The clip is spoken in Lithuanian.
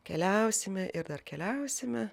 keliausime ir dar keliausime